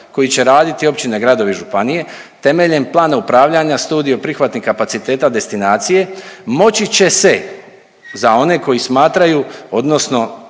koje će raditi općine, gradovi i županije, temeljem plana upravljanja i studije prihvatnih kapaciteta destinacije moći će se za one koji smatraju odnosno